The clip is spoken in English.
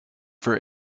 for